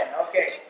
Okay